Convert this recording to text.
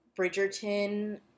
Bridgerton